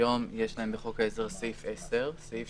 היום יש להם בחוק העזר סעיף 10, סעיף